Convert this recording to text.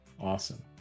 Awesome